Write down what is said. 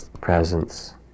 presence